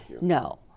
No